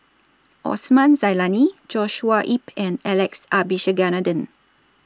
Osman Zailani Joshua Ip and Alex Abisheganaden